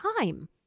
time